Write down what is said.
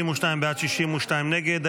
52 בעד, 62 נגד.